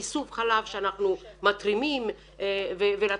איסוף חלב שאנחנו מתרימים וכולי.